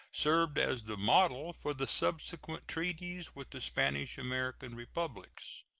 served as the model for the subsequent treaties with the spanish american republics.